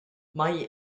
mae